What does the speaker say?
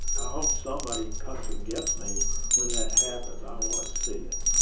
hope somebody comes and gets me when that happens. i want to see it.